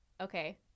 Okay